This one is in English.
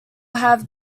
have